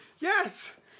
Yes